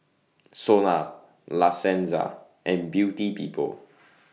Sona La Senza and Beauty People